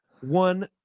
one